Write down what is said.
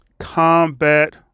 combat